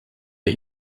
der